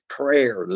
prayer